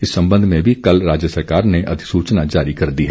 इस संबंध में भी कल राज्य सरकार ने अधिसूचना जारी कर दी है